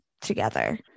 together